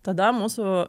tada mūsų